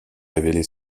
révélée